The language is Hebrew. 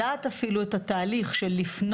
כי אני יודעת איזה מילים להקליד בעברית כדי למצוא